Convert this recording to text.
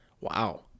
Wow